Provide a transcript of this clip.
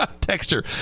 Texture